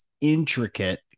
Intricate